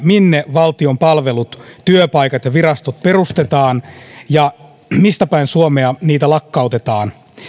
minne valtion palvelut työpaikat ja virastot perustetaan ja mistä päin suomea niitä lakkautetaan